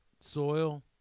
soil